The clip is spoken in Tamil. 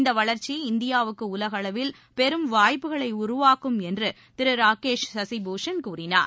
இந்த வளர்ச்சி இந்தியாவுக்கு உலகளவில் பெரும் வாய்ப்புகளை உருவாக்கும் என்று திரு ராகேஷ் சசிபூஷன் கூறினார்